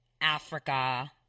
Africa